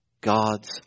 God's